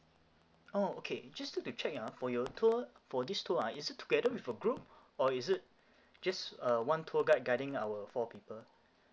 oh okay just need to check ah for your tour for this tour ah is it together with a group or is it just uh one tour guide guiding our four people